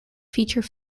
feature